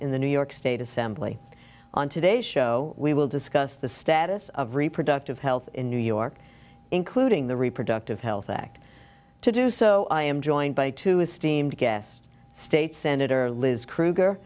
in the new york state assembly on today show we will discuss the status of reproductive health in new york including the reproductive health act to do so i am joined by two esteemed guests state